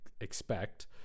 expect